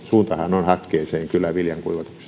mutta suuntahan on kyllä hakkeeseen viljan